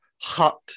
Hot